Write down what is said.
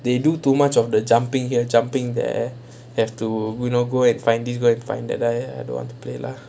they do too much of the jumping here jumping there have to you know go and find this go and find that I I don't want to play lah